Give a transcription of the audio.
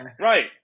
Right